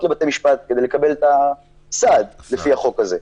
לבתי משפט כדי לקבל את הסעד לפי החוק הזה.